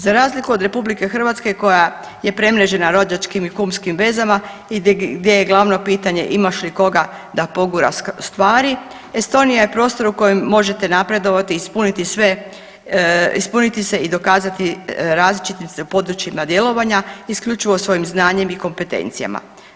Za razliku od RH koja je premrežena rođačkim i kumskim vezama i gdje je glavno pitanje imaš li koga da pogura stvari, Estonija je prostor u kojem možete napredovati i ispuniti se i dokazati različitim područjima djelovanja isključivo svojim znanjem i kompetencijama.